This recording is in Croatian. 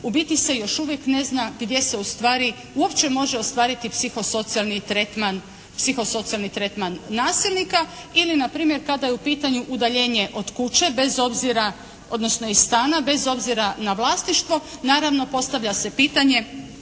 biti se još uvijek ne zna gdje se ustvari uopće može ostvariti psihosocijalni tretman nasilnika. Ili npr. kada je u pitanju udaljenje od kuće, bez obzira odnosno iz stana, bez obzira na vlasništvo naravno postavlja se pitanje